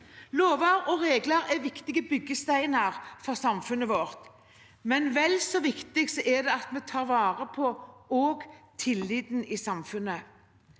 Lover og regler er viktige byggesteiner for samfunnet vårt, men vel så viktig er det at vi tar vare på tilliten i samfunnet.